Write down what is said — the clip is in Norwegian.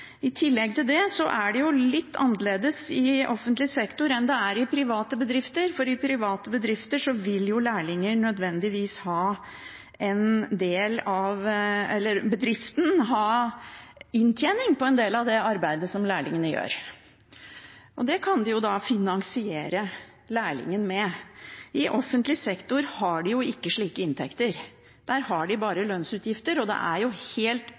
tillegg til det er det litt annerledes i offentlig sektor enn det er i private bedrifter, for der vil bedriften ha inntjening på en del av det arbeidet som lærlingene gjør. Det kan de finansiere lærlingen med. I offentlig sektor har de ikke slike inntekter. Der har de bare lønnsutgifter, og det er helt